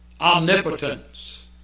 omnipotence